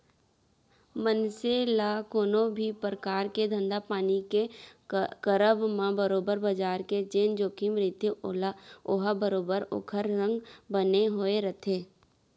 मनसे ल कोनो भी परकार के धंधापानी के करब म बरोबर बजार के जेन जोखिम रहिथे ओहा बरोबर ओखर संग बने होय रहिथे